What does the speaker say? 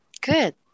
good